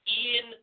Ian